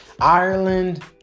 Ireland